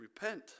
repent